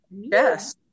yes